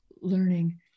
learning